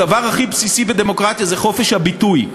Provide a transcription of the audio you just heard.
הדבר הכי בסיסי בדמוקרטיה זה חופש הביטוי,